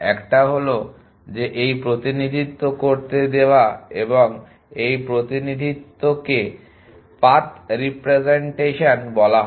একটি হলো যে এই প্রতিনিধিত্ব করতে দেওয়া এবং এই প্রতিনিধিত্বকে পাথ রিপ্রেজেন্টেশন বলা হয়